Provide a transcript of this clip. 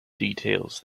details